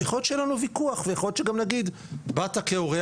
ויכול להיות שיהיה לנו ויכוח ויכול להיות שגם נגיד באת כאורח,